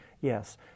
yes